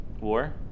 war